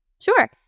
Sure